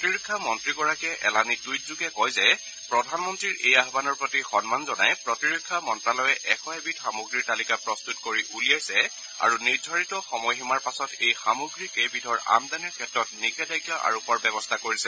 প্ৰতিৰক্ষা মন্ত্ৰীগৰাকীয়ে এলানি টইট যোগে কয় যে প্ৰধানমন্ত্ৰীৰ এই আহানৰ প্ৰতি সন্মান জনাই প্ৰতিৰক্ষা মন্ত্যালয়ে এশ এবিধ সামগ্ৰীৰ তালিকা প্ৰস্তুত কৰি টলিয়াইছে আৰু নিৰ্ধাৰিত সময়সীমাৰ পাছত এই সামগ্ৰী কেইবিধৰ আমদানিৰ ক্ষেত্ৰত নিষেধাজ্ঞা আৰোপৰ ব্যৱস্থা কৰিছে